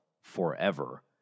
forever